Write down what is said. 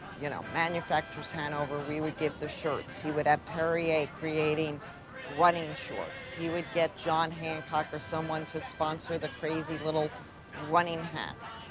you know, manufacturers hanover, we would give the shirts. he would have perrier creating running shorts. he would get john hancock or someone to sponsor the crazy little running hats.